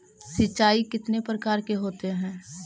सिंचाई कितने प्रकार के होते हैं?